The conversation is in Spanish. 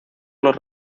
los